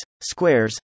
squares